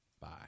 Bye